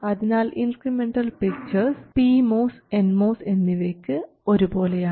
അതിനാൽ incremental pictures P MOS N MOS എന്നിവയ്ക്ക് ഒരുപോലെയാണ്